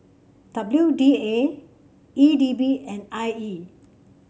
W D A E D B and I E